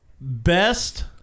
best